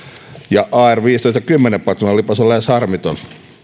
ar viidentoista kymmenen patruunan lipas on lähes harmiton